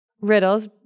riddles